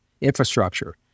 infrastructure